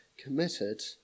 committed